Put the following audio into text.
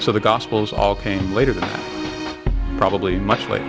so the gospels all came later probably much l